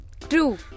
True